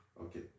Okay